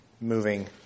moving